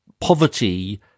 poverty